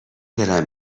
دلم